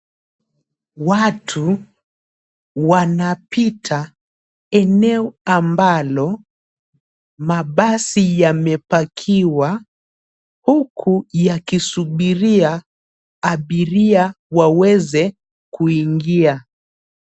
Watu wanapita eneo ambalo mabasi yamepakiwa huku yakisubiria abiria waweze kuingia.